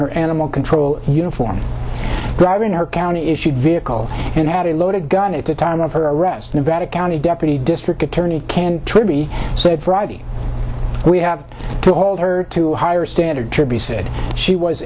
her animal control uniform driving her county issued vehicle and had a loaded gun at the time of her arrest nevada county deputy district attorney can twenty said friday we have to hold her to a higher standard to be said she was